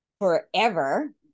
forever